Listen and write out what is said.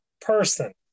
person